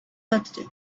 birthday